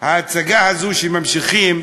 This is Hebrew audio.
ההצגה הזאת שממשיכים,